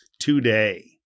today